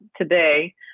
today